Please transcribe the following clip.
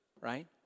right